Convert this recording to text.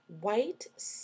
white